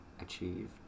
achieved